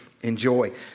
enjoy